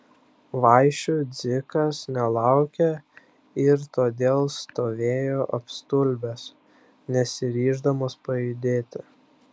vaišių dzikas nelaukė ir todėl stovėjo apstulbęs nesiryždamas pajudėti